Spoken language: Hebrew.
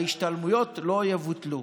ההשתלמויות לא יבוטלו.